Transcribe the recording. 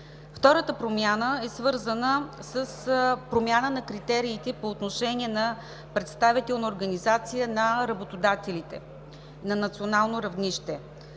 Втората промяна е свързана с промяна на критериите по отношение на представителна организация на работодателите на национално равнище.